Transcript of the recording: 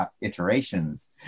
iterations